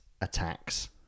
attacks